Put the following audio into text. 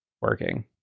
working